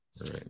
right